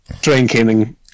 drinking